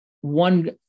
one